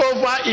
Over